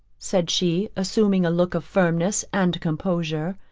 said she, assuming a look of firmness and composure,